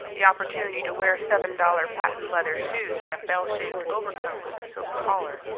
the opportunity to wear seven dollar patent leather shoes and a bell-shaped overcoat with a silk collar,